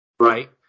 Right